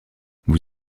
vous